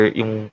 yung